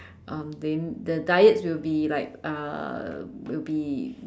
um they the diet would be like uh will be